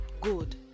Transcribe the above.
good